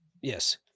Yes